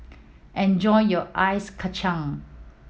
enjoy your Ice Kachang